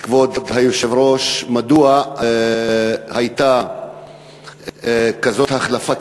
כבוד היושב-ראש מדוע הייתה כזאת החלפה,